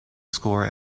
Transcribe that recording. score